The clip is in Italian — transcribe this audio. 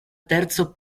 terzo